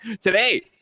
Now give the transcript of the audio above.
today